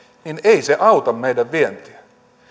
niin ei se auta meidän vientiä